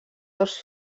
dos